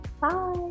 Bye